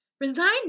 resign